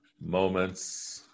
moments